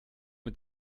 mit